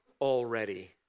already